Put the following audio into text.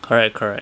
correct correct